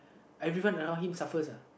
everyone around him suffers uh